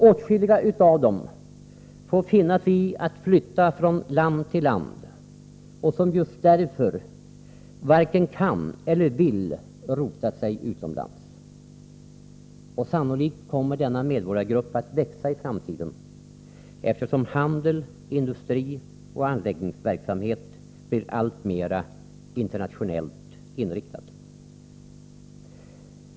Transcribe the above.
Åtskilliga av dessa får finna sig i att flytta från land till land och som just därför varken kan eller vill rota sig utomlands. Sannolikt kommer denna medborgargrupp att växa i framtiden, eftersom handel, industri och anläggningsverksamhet blir alltmera internationellt inriktad.